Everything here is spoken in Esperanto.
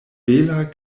bela